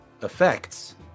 effects